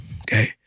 okay